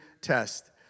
test